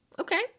okay